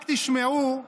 רק תשמעו,